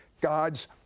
God's